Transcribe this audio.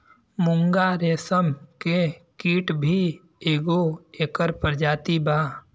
मूंगा रेशम के कीट भी एगो एकर प्रजाति बा